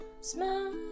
Smile